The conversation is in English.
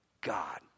God